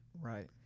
Right